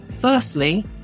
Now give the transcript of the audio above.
firstly